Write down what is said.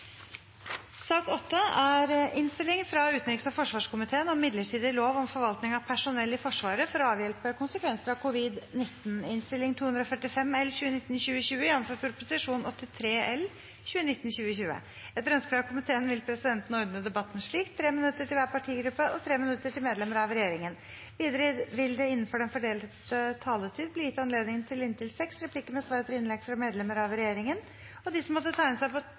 sak nr. 7. Etter ønske fra utenriks- og forsvarskomiteen vil presidenten ordne debatten slik: 3 minutter til hver partigruppe og 3 minutter til medlemmer av regjeringen. Videre vil det – innenfor den fordelte taletid – bli gitt anledning til inntil seks replikker med svar etter innlegg fra medlemmer av regjeringen, og de som måtte tegne seg på